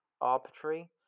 arbitrary